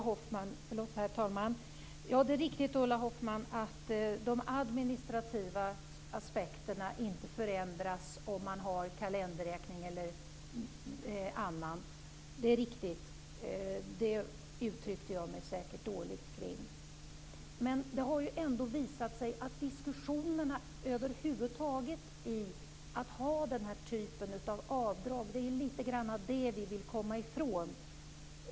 Herr talman! Det är riktigt att de administrativa aspekterna inte förändras om man ändrar kalenderdygnsberäkningen. Jag uttryckte mig säkert dåligt om det. Men det är ändå så att det är diskussionerna över huvud taget om att ha den här typen av avdrag som vi vill komma ifrån.